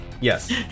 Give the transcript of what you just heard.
Yes